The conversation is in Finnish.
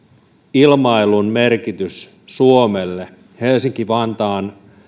ilmailun merkityksen suomelle helsinki vantaan